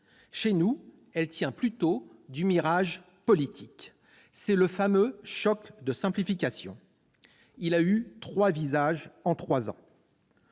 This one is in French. Chez nous, elle tient plutôt du mirage politique. C'est le fameux « choc de simplification », qui a eu trois visages en trois ans.